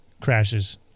crashes